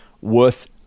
worth